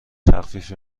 تخفیفی